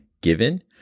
given